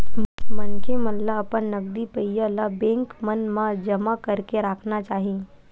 मनखे मन ल अपन नगदी पइया ल बेंक मन म जमा करके राखना चाही